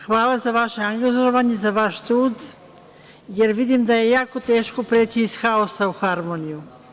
Hvala za vaše angažovanje, za vaš trud, jer vidim da je jako teško preći iz haosa u harmoniju.